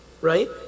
Right